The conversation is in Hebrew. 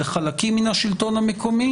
לחלקים מן השלטון המקומי